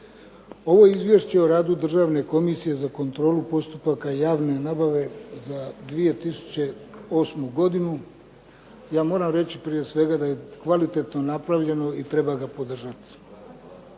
Ovo Izvješće o radu Državne komisije za kontrolu postupaka javne nabave za 2008. godinu, ja moram reći prije svega da je kvalitetno napravljeno i treba ga podržati.